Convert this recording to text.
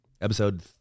Episode